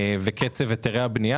וקצב היתרי הבנייה,